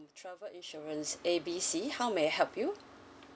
travel insurance A B C how may I help you